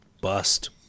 Bust